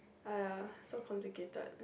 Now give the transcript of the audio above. !aiya! so complicated